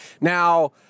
Now